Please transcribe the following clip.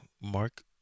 Mark